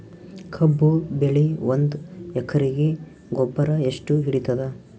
ಕಬ್ಬು ಬೆಳಿ ಒಂದ್ ಎಕರಿಗಿ ಗೊಬ್ಬರ ಎಷ್ಟು ಹಿಡೀತದ?